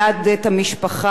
הילד היה בן שנה.